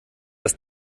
das